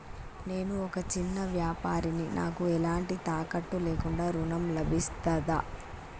నేను ఒక చిన్న వ్యాపారిని నాకు ఎలాంటి తాకట్టు లేకుండా ఋణం లభిస్తదా?